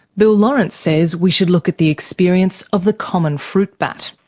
bill laurance says we should look at the experience of the common fruit bat.